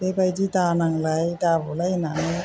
बेबादि दानांलाय दाबुलाय होन्नानै